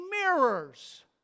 mirrors